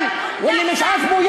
הרבה מאוד מסכות.